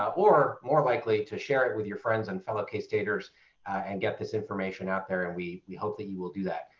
or more likely to share it with your friends and fellow k-staters and get this information out there. and we we hope you will do that.